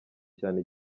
cyane